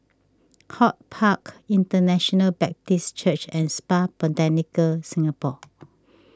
HortPark International Baptist Church and Spa Botanica Singapore